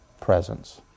presence